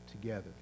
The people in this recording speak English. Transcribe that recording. together